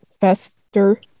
Faster